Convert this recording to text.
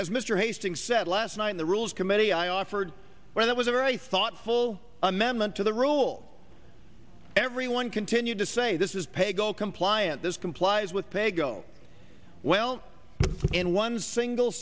as mr hastings said last night in the rules committee i offered where that was a very thoughtful no amendment to the rule everyone continue to say this is paygo compliant this complies with pay go well in one single